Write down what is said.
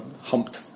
humped